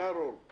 ברור.